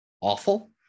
awful